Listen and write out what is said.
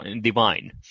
divine